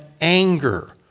anger